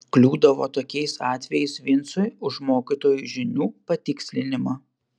kliūdavo tokiais atvejais vincui už mokytojų žinių patikslinimą